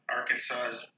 Arkansas